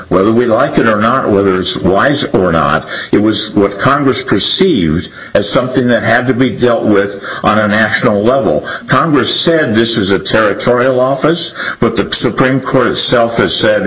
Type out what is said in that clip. whether we like it or not whether there's wise or not it was what congress perceived as something that had to be dealt with on a national level congress said this is a territorial office but the supreme court itself has said